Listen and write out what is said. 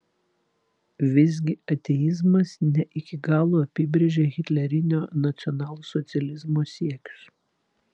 visgi ateizmas ne iki galo apibrėžia hitlerinio nacionalsocializmo siekius